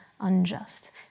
unjust